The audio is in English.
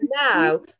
now